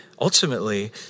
ultimately